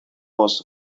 most